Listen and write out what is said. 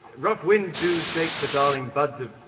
rough winds do shake the darling buds of.